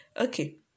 Okay